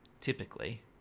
typically